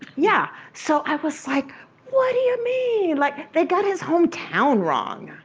yeah. so i was like what do you mean! like they got his home town wrong.